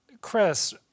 Chris